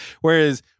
Whereas